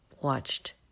watched